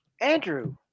Andrew